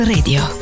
Radio